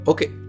Okay